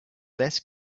less